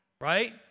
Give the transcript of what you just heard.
Right